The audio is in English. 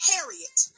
Harriet